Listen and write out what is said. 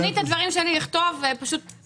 את הדברים שלי אני אכתוב פומבית,